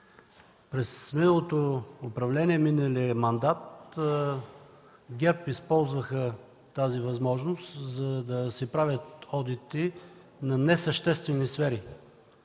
През миналото управление, в миналия мандат ГЕРБ използваха тази възможност, за да си правят одити на несъществени сфери